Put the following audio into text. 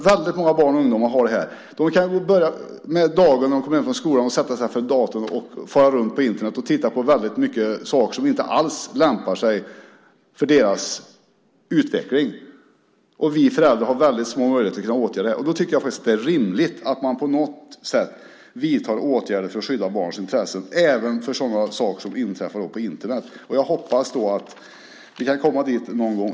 Väldigt många barn och ungdomar har tillgång till detta. När de kommer hem från skolan kan de sätta sig framför datorn och fara runt på Internet och titta på väldigt mycket saker som inte alls lämpar sig för deras utveckling, och vi föräldrar har väldigt små möjligheter att åtgärda det här. Då tycker jag faktiskt att det är rimligt att man på något sätt vidtar åtgärder för att skydda barns intressen, även för sådana saker som inträffar på Internet. Jag hoppas att vi kan komma dit någon gång.